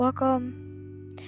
Welcome